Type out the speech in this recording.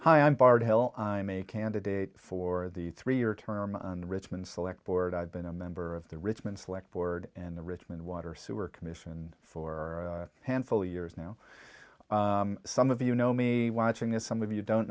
hell i'm a candidate for the three year term on richmond select board i've been a member of the richmond select board in the richmond water sewer commission for a handful of years now some of you know me watching as some of you don't